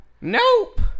nope